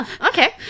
okay